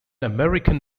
american